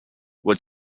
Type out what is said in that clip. were